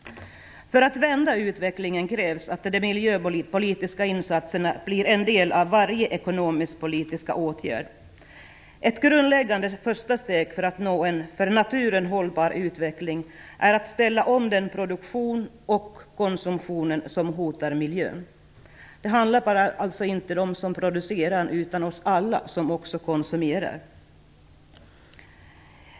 För att vända utvecklingen krävs att de miljöpolitiska insatserna blir en del av varje ekonomiskpolitisk åtgärd. Ett grundläggande första steg för att nå en för naturen hållbar utveckling är att ställa om den produktion och konsumtion som hotar miljön. Det handlar alltså inte bara om dem som producerar utan också om oss alla som konsumerar.